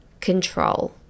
control